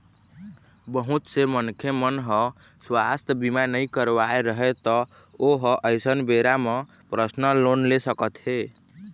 बहुत से मनखे मन ह सुवास्थ बीमा नइ करवाए रहय त ओ ह अइसन बेरा म परसनल लोन ले सकत हे